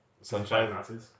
Sunshine